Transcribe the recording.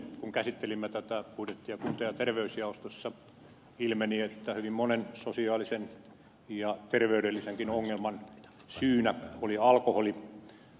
kun käsittelimme tätä budjettia kunta ja terveysjaostossa ilmeni että hyvin monen sosiaalisen ja terveydellisenkin ongelman syynä oli alkoholi